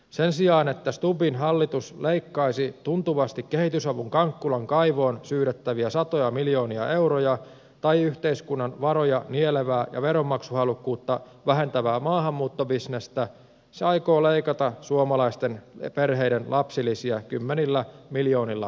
sen sijaan että stubbin hallitus leikkaisi tuntuvasti kehitysavun kankkulan kaivoon syydettäviä satoja miljoonia euroja tai yhteiskunnan varoja nielevää ja veronmaksuhalukkuutta vähentävää maahanmuuttobisnestä se aikoo leikata suomalaisten perheiden lapsilisiä kymmenillä miljoonilla euroilla